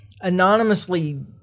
anonymously